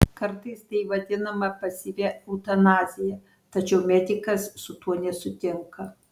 kartais tai vadinama pasyvia eutanazija tačiau medikas su tuo nesutinka